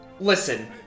Listen